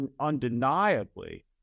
undeniably